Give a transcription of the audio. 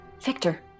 Victor